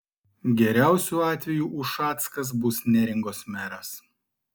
geriausiu atveju ušackas bus neringos meras